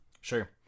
Sure